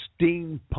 steampunk